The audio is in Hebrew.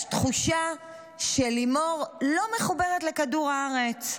יש תחושה שלימור לא מחוברת לכדור הארץ.